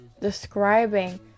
describing